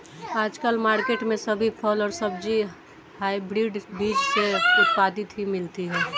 आजकल मार्केट में सभी फल और सब्जी हायब्रिड बीज से उत्पादित ही मिलती है